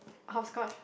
hopscotch